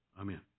Amen